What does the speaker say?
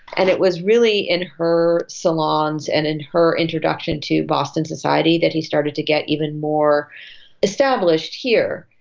and it was really in her salons and in her introduction to boston society that he started to get even more established here.